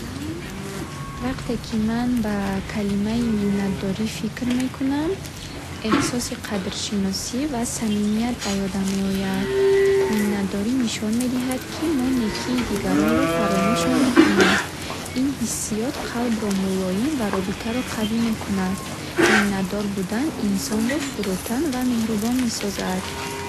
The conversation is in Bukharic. Вақте ки ман ба калимаи миннатдорӣ фикр мекунам, эҳсоси қадршиносӣ ва самимият ба ёдам меояд. Миннатдорӣ нишон медиҳад, ки мо некии дигаронро фаромӯш намекунем. Ин ҳиссиёт қалбро мулоим ва робитаро қавӣ мекунад. Миннатдор будан инсонро фурӯтан ва меҳрубон месозад.